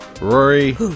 Rory